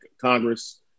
Congress